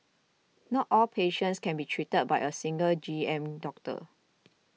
not all patients can be treated by a single G M doctor